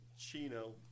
Chino